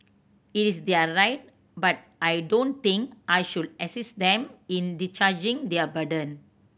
it is their right but I don't think I should assist them in discharging their burden